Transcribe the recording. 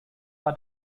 war